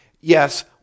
yes